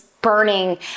burning